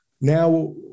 Now